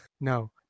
No